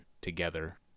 together